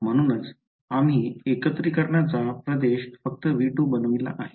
म्हणूनच आम्ही एकत्रीकरणाचा प्रदेश फक्त V2 बनविला आहे